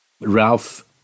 Ralph